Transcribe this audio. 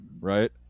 right